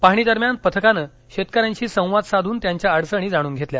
पाहणी दरम्यान पथकानं शेतकऱ्यांशी संवाद साधून त्यांच्या अडचणी जाणून घेतल्या